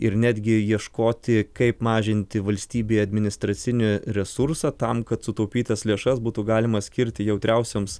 ir netgi ieškoti kaip mažinti valstybei administracinį resursą tam kad sutaupytas lėšas būtų galima skirti jautriausioms